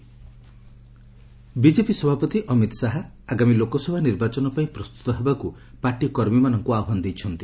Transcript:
BJP national convention BJP ସଭାପତି ଅମିତ ଶାହା ଆଗାମୀ ଲୋକସଭା ନିର୍ବାଚନ ପାଇଁ ପ୍ରସ୍ତୁତ ହେବାକୁ ପାର୍ଟି କର୍ମୀମାନଙ୍କୁ ଆହ୍ୱାନ ଦେଇଛନ୍ତି